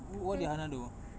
wh~ what did hannah do